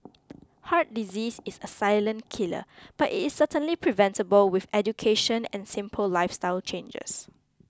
heart disease is a silent killer but is certainly preventable with education and simple lifestyle changes